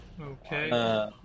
okay